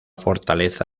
fortaleza